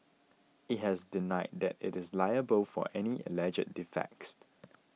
it has denied that it is liable for any alleged defects